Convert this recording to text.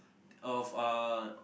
of uh